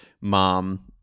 mom